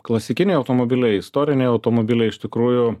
klasikiniai automobiliai istoriniai automobiliai iš tikrųjų